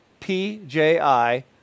PJI